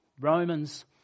Romans